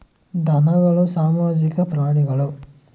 ಧನಗಳು ಸಾಮಾಜಿಕ ಪ್ರಾಣಿಗಳು